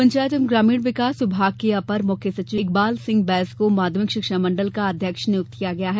पंचायत एवं ग्रामीण विकास विभाग के अपर मुख्य सचिव इकबाल सिंह बैस को माध्यमिक शिक्षा मंडल का अध्यक्ष नियुक्त किया है